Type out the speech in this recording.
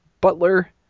Butler